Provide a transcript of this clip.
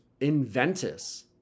Inventus